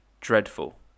dreadful